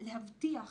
להבטיח